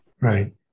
right